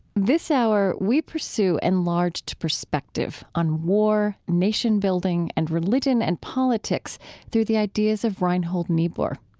this hour, we pursue enlarged perspective on war, nation-building, and religion and politics through the ideas of reinhold niebuhr.